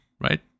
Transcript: right